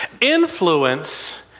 Influence